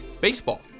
baseball